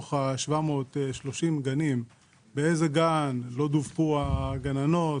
מתוך ה -730 גנים באיזה גן לא דווחו הגננות